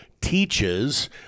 teaches